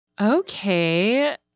Okay